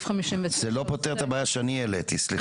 זה לא פותר את הבעיה שאני העליתי.